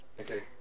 Okay